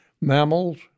mammals